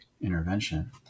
intervention